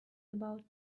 about